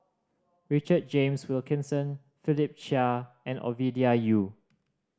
Richard James Wilkinson Philip Chia and Ovidia Yu